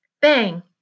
Bang